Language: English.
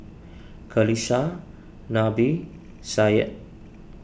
Qalisha Nabil Syed